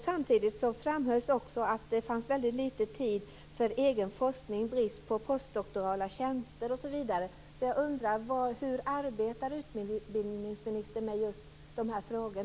Samtidigt framhölls också att det fanns väldigt lite tid för egen forskning, brist på postdoktorala tjänster, osv. Jag undrar därför hur utbildningsministern arbetar med just dessa frågor.